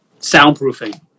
soundproofing